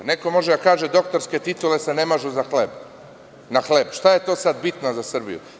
Neko može da kaže – doktorske titule se ne mažu na hleb, što je to sada bitno za Srbiju?